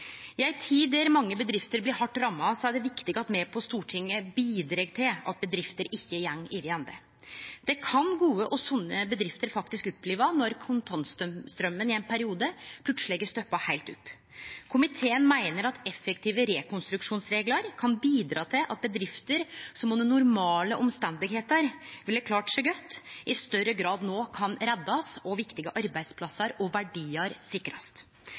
I ei tid der mange bedrifter blir hardt ramma, er det viktig at me på Stortinget bidreg til at bedrifter ikkje går over ende. Det kan gode og sunne bedrifter faktisk oppleve når kontantstraumen i ein periode plutseleg stoppar heilt opp. Komiteen meiner at effektive rekonstruksjonsreglar kan bidra til at bedrifter som under normale omstende ville klart seg godt, i større grad no kan reddast og viktige arbeidsplasser og verdiar sikrast.